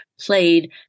played